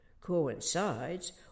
coincides